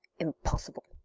impossible.